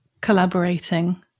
collaborating